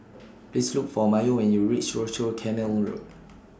Please Look For Mayo when YOU REACH Rochor Canal Road